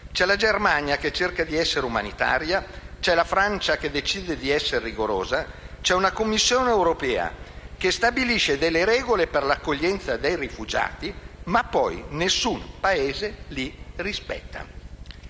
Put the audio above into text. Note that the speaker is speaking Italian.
C'è la Germania che cerca di essere umanitaria, c'è la Francia che decide di essere rigorosa, c'è una Commissione europea che stabilisce delle regole per l'accoglienza dei rifugiati, ma poi nessun Paese le rispetta.